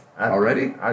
Already